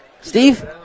Steve